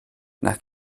nach